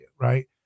Right